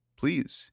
please